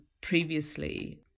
previously